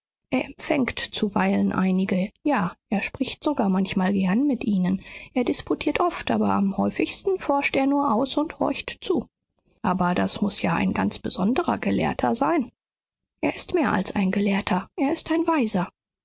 er empfängt zuweilen einige ja er spricht sogar manchmal gern mit ihnen er disputiert oft aber am häufigsten forscht er nur aus und horcht zu aber das muß ja ein ganz besonderer gelehrter sein er ist mehr als ein gelehrter er ist ein weiser